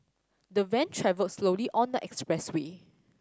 the van travelled slowly on the expressway